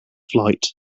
flight